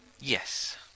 Yes